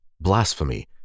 blasphemy